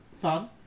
fun